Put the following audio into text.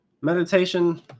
Meditation